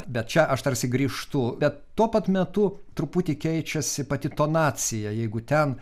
bet čia aš tarsi grįžtu bet tuo pat metu truputį keičiasi pati tonacija jeigu ten